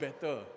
better